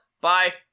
bye